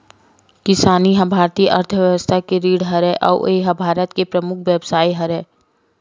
किसानी ह भारतीय अर्थबेवस्था के रीढ़ हरय अउ ए ह भारत के परमुख बेवसाय हरय